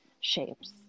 shapes